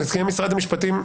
נציגי משרד המשפטים,